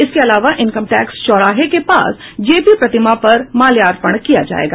इसके अलावा income tax चौराहे के पास जेपी प्रतिमा पर माल्यार्पण किया जायेगा